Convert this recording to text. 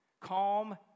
Calm